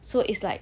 so it's like